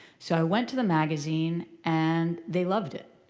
so i went to the magazine and they loved it.